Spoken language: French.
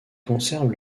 conservent